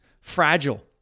fragile